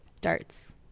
Darts